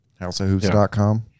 Houseofhoops.com